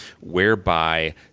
whereby